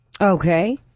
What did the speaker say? Okay